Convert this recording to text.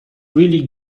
really